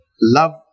love